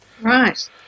Right